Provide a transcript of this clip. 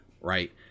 right